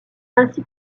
ainsi